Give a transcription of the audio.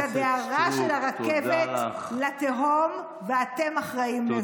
את הדהרה של הרכבת לתהום, ואתם אחראים לזה.